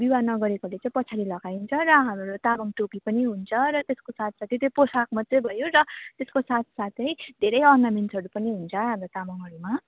विवाह नगरेकोले चाहिँ पछाडि लगाइन्छ र हाम्रो तामाङ टोपी पनि हुन्छ र त्यसको साथ साथै त्यो पोसाक मात्रै भयो र त्यसको साथ साथै धेरै अर्नामेन्ट्सहरू पनि हुन्छ हाम्रो तामाङहरूमा